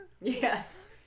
yes